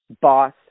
boss